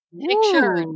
Picture